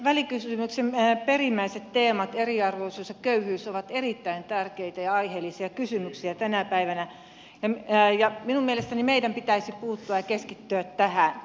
välikysymyksen perimmäiset teemat eriarvoisuus ja köyhyys ovat erittäin tärkeitä ja aiheellisia kysymyksiä tänä päivänä ja minun mielestäni meidän pitäisi puuttua ja keskittyä tähän